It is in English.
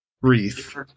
wreath